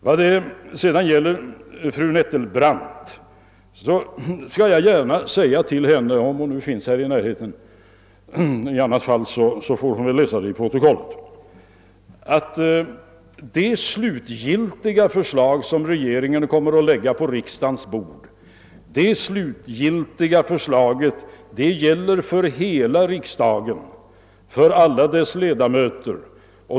Vad sedan gäller fru Nettelbrandt skall jag gärna säga till henne — om hon finns här i närheten; i annat fall får hon läsa det i protokollet — att när regeringen kommer att lägga det slutgiltiga förslaget på riksdagens bord gäller det för hela riksdagen, för alla dess ledamöter.